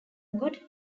good